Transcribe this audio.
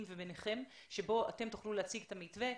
וביניכם בו אתם תוכלו להציג את המתווה,